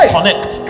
Connect